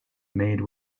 made